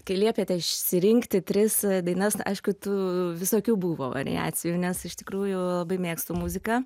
kai liepėte išsirinkti tris dainas aišku tų visokių buvo variacijų nes iš tikrųjų labai mėgstu muziką